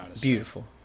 beautiful